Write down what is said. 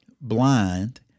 blind